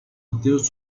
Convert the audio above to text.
ateos